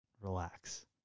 relax